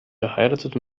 verheiratet